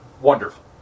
wonderful